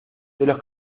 los